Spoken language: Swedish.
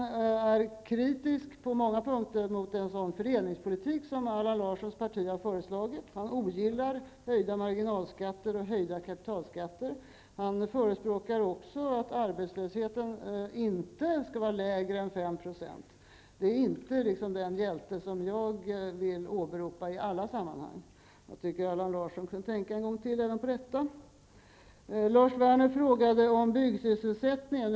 Paul Krugman är på många punkter kritisk mot en sådan fördelningspolitik som Allan Larssons parti har föreslagit. Han ogillar höjda marginalskatter och höjda kapitalskatter. Han förespråkar också att arbetslösheten inte skall vara lägre än 5 %. Det är inte den hjälte som jag vill åberopa i alla sammanhang. Jag tycker att Allan Larsson skulle tänka en gång till även på detta. Lars Werner frågade om byggsysselsättningen.